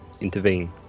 intervene